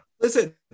Listen